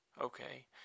Okay